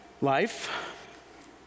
Life